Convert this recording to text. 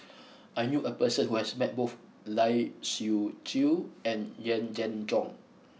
I knew a person who has met both Lai Siu Chiu and Yee Jenn Jong